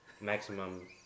maximum